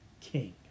king